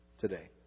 today